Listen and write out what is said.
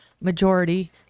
majority